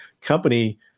company